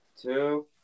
two